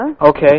Okay